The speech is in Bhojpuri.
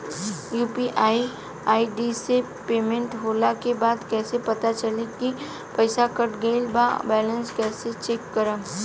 यू.पी.आई आई.डी से पेमेंट होला के बाद कइसे पता चली की पईसा कट गएल आ बैलेंस कइसे चेक करम?